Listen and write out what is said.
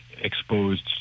exposed